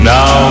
Now